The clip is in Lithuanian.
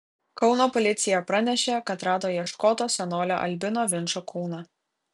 kauno policija pranešė kad rado ieškoto senolio albino vinčo kūną